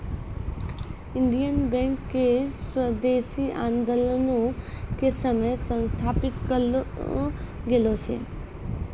Indian Bank के स्वदेशी आन्दोलनो के समय स्थापित करलो गेलो छै